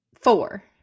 Four